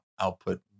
output